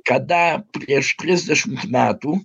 kada prieš trisdešimt metų